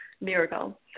Miracle